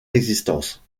existence